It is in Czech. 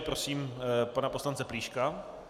Prosím pana poslance Plíška.